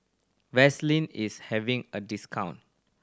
Vaselin is having a discount